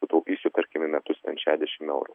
sutaupysiu tarkim į metus šešiasdešimt eurų